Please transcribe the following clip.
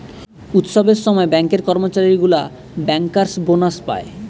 উৎসবের সময় ব্যাঙ্কের কর্মচারী গুলা বেঙ্কার্স বোনাস পায়